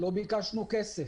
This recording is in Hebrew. לא ביקשנו כסף,